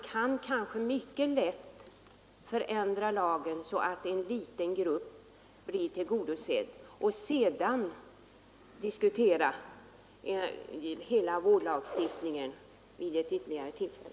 Man kan mycket lätt förändra lagen så att en liten grupp blir tillgodosedd och sedan diskutera hela vårdlagstiftningen vid ett ytterligare tillfälle.